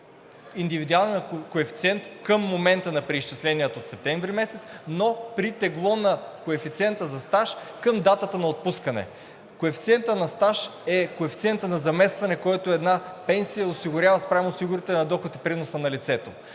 индивидуалния коефициент към момента на преизчисленията от септември месец, но при тегло на коефициента за стаж към датата на отпускане. Коефициентът на стаж е коефициентът на заместване, който една пенсия осигурява спрямо осигурителния доход и приноса на лицето.